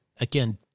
again